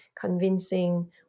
convincing